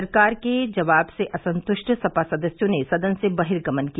सरकार के जवाब से असंतुष्ट सपा सदस्यों ने सदन से बहिर्गमन किया